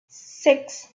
six